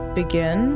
begin